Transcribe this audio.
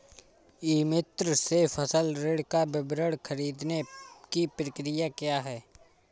ई मित्र से फसल ऋण का विवरण ख़रीदने की प्रक्रिया क्या है?